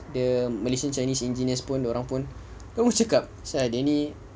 the malaysian chinese enigineers pun dia orang pun cakap dia ni